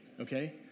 okay